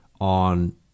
on